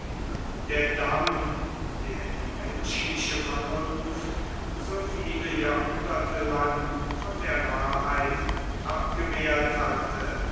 der damm der die menschliche vernunft so viele jahrhunderte lang von der wahrheit abgewehrt hatte